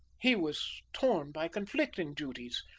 he was torn by conflicting duties,